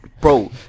Bro